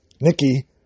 Nikki